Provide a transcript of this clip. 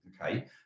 okay